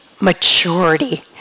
maturity